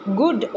good